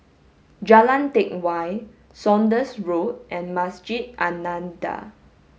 Jalan Teck Whye Saunders Road and Masjid An Nahdhah